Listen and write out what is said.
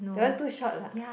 that one too short lah